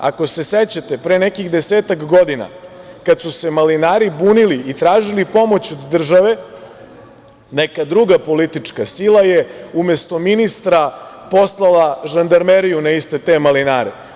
Ako se sećate, pre neki desetak godina, kada su se malinari bunili i tražili pomoć od države, neka druga politička sila je umesto ministra poslala žandarmeriju na iste te malinare.